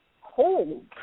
hold